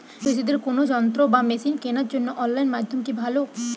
কৃষিদের কোন যন্ত্র বা মেশিন কেনার জন্য অনলাইন মাধ্যম কি ভালো?